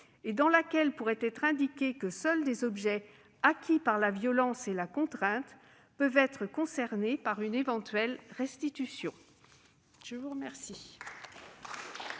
et dans laquelle pourrait être indiqué que seuls des objets acquis par la violence et la contrainte peuvent être concernés par une éventuelle restitution. La parole